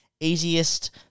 easiest